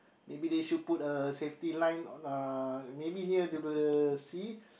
maybe they should put a safety line uh maybe near to the sea